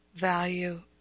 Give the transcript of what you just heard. value